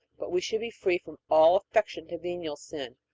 but we should be free from all affection to venial sin,